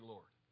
Lord